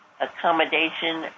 accommodation